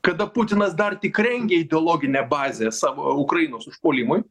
kada putinas dar tik rengė ideologinę bazę savo ukrainos užpuolimui